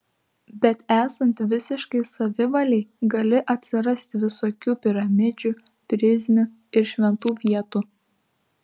bet esant visiškai savivalei gali atsirasti visokių piramidžių prizmių ir šventų vietų